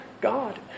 God